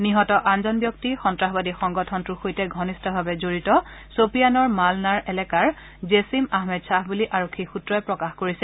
নিহত আনজন ব্যক্তি সন্নাসবাদী সংগঠনটোৰ সৈতে ঘনিষ্ঠভাৱে জড়িত খপিয়ানৰ মালনাৰ এলেকাৰ জেছিম আহমেদ খাহ বুলি আৰক্ষী সূত্ৰই প্ৰকাশ কৰিছে